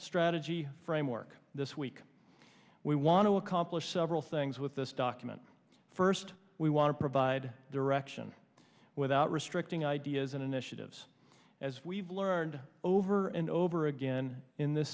strategy framework this week we want to accomplish several things with this document first we want to provide direction without restricting ideas and initiatives as we've learned over and over again in this